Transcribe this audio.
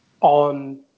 on